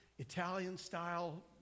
Italian-style